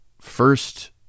first